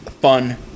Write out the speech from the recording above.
fun